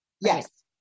Yes